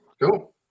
Cool